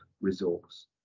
resource